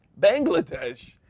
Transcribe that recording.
bangladesh